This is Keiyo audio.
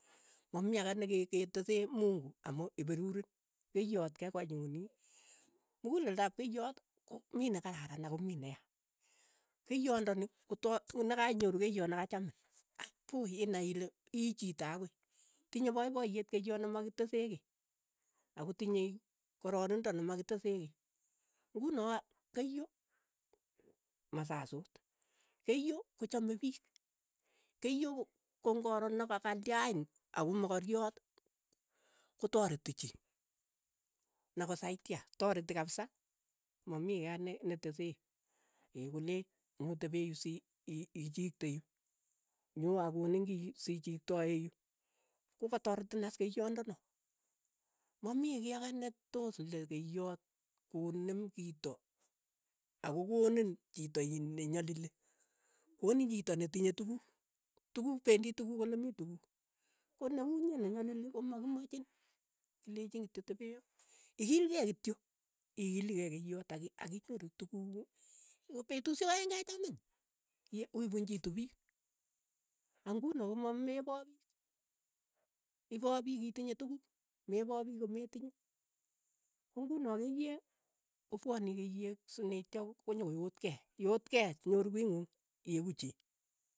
Mamii ake ne ke- ketese mungu amu iperuurin, keiyot ke kanyonii, mukuleldap keiyot ko mii ne kakaran ako mii neya, keiyondoni kota nakainyoru keiyot nakachamin, aa puooi, inai ile ii chiito akoi, tinye poipoyeet keiyoot ne makitesee kei, akotinyei kororindo nimakitese kei, ng'uno keiyo masasuut, keiyo kochame piik, keiyo kong'oro ne ka- kalyain ako mokoriot kotoreti chii, nakosaitia, toreti kapsa mamii kiy ane netesee, koleech nyotepei yu si ii- iiichikte yu, nyo akoniin kii, si chiktae yu, ko kataretin as keiyondono, mamii kiy ake ne toos le keiyoot koneem kito ak kokoniin chito nenyalili, konin chito netinye tukuk, tukuk, pendi tukuk ole mii tukuk, ko ne uu inye nenyalili komakimachin, kilechin kityo tepe yoo, ikilkei kityo ikilikei keiyoot ak akinyoru tukuuk kuk, ko petushek aeng' kechamin, iye ipunchitu piik, ak ng'uno koma mepaa piik, ipo piik itinye tukuuk, me paa piik kometinye, ko ng'uno keiyeek, kopwani keiyeek sineityo ko- konyokoyoot kei, iyoot kei, nyoru kii ng'ung, ieku chii.